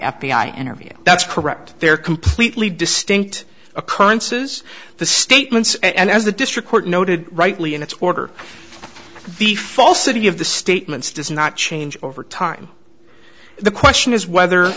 i interview that's correct they're completely distinct occurrences the statements and as the district court noted rightly in its order the falsity of the statements does not change over time the question is whether